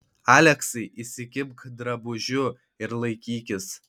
aleksai įsikibk drabužių ir laikykis